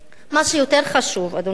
מה שיותר חשוב, אדוני השר,